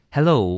Hello